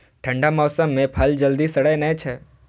ठंढा मौसम मे फल जल्दी सड़ै नै छै